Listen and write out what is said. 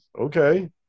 Okay